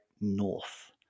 north